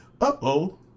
uh-oh